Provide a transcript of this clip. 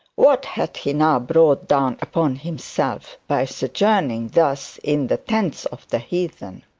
what had he now brought down upon himself by sojourning thus in the tents of the heathen?